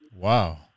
Wow